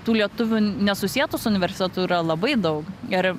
tų lietuvių nesusietų su universetu yra labai daug ir